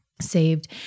saved